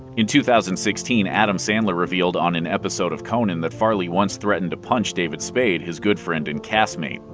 in two thousand and sixteen, adam sandler revealed on an episode of conan that farley once threatened to punch david spade, his good friend and castmate.